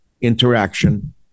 interaction